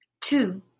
two